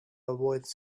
avoid